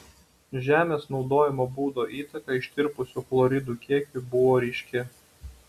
žemės naudojimo būdo įtaka ištirpusių chloridų kiekiui buvo ryški